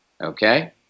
Okay